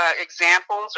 examples